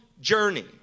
journey